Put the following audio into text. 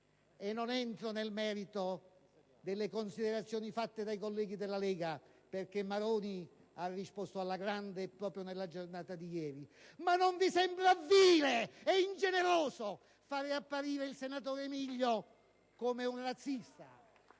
e non entro nel merito delle considerazioni espresse dai colleghi della Lega, perché il ministro Maroni ha risposto alla grande proprio nella giornata di ieri - non vi sembra vile e ingeneroso far apparire il senatore Miglio come un razzista?